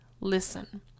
listen